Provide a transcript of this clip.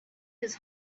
his